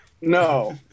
no